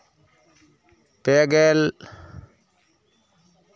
ᱯᱮ ᱜᱮᱞ